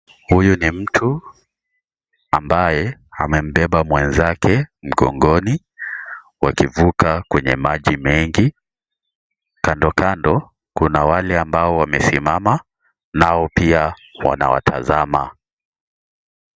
Huyu ni mtu ambaye amembeba mwenzake mgongoni wakivuka kwenye maji mengi kando kando kuna wale ambao wamesimama nao pia wanawatazama.